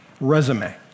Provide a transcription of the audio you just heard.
resume